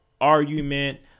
argument